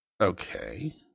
okay